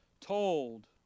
told